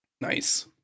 Nice